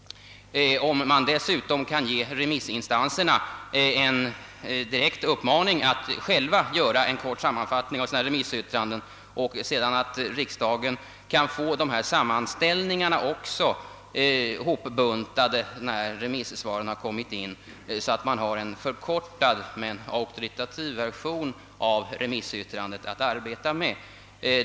Dessutom kunde man kanske ge remissinstanserna en direkt uppmaning att själva göra en kort sammanfattning av sina remissyttranden, som riksdagsledamöterna också kunde få hopbuntade när remissvaren har kommit in, så att vi hade en förkortad men auktoritativ version av remissyttrandena att arbeta med.